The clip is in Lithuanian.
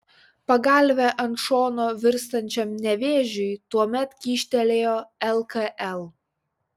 pagalvę ant šono virstančiam nevėžiui tuomet kyštelėjo lkl